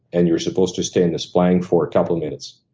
and you were supposed to stay in this plank for a couple minutes.